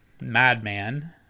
Madman